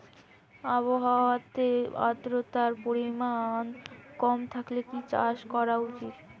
আবহাওয়াতে আদ্রতার পরিমাণ কম থাকলে কি চাষ করা উচিৎ?